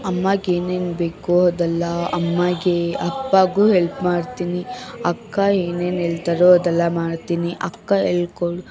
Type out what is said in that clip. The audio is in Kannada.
ಅಮ್ಮಗೆ ಏನೇನು ಬೇಕೋ ಅದೆಲ್ಲಾ ಅಮ್ಮಗೆ ಅಪ್ಪಗೂ ಎಲ್ಪ್ ಮಾಡ್ತೀನಿ ಅಕ್ಕ ಏನೇನು ಹೇಳ್ತಾರೋ ಅದೆಲ್ಲ ಮಾಡ್ತೀನಿ ಅಕ್ಕ ಹೇಳ್ಕೊಡೊ